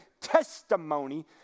testimony